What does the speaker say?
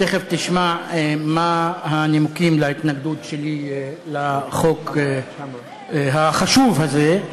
תכף תשמע מה הנימוקים להתנגדות שלי לחוק החשוב הזה.